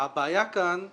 הבעיה כאן היא